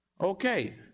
Okay